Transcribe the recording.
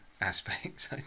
aspects